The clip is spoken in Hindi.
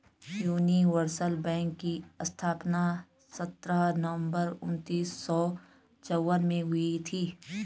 यूनिवर्सल बैंक की स्थापना सत्रह नवंबर उन्नीस सौ चौवन में हुई थी